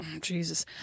Jesus